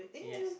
yes